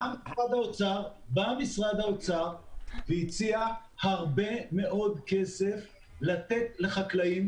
בא משרד האוצר והציע הרבה מאוד כסף לתת לחקלאים,